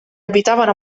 abitavano